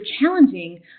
challenging